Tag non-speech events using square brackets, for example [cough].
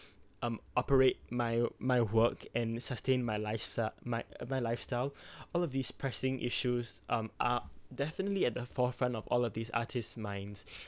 [breath] um operate my my work and sustain my lifestyl~ my my lifestyle [breath] all of these pressing issues um are definitely at the forefront of all of these artists minds [breath]